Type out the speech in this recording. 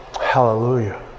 Hallelujah